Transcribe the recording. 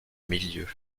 milieu